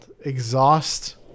Exhaust